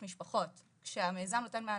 מהמשפחות הערביות נמצאות באי-ביטחון תזונתי